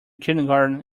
kindergarten